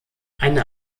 eine